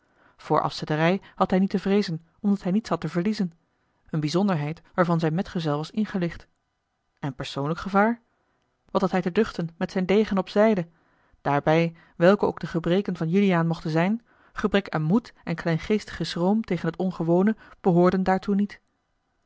voor afzetterij had hij niet te vreezen omdat hij niets had te verliezen eene bijzonderheid waarvan zijn metgezel was ingelicht en persoonlijk gevaar wat had hij te duchten met zijn degen op zijde daarbij welke ook de gebreken van juliaan mochten zijn gebrek aan moed en kleingeestige schroom tegen het ongewone behoorden daartoe niet